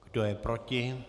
Kdo je proti?